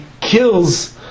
kills